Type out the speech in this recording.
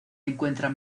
encuentran